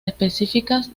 específicas